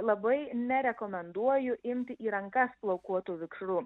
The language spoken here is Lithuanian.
labai nerekomenduoju imti į rankas plaukuotų vikšrų